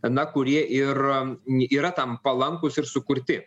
na kurie ir yra tam palankūs ir sukurti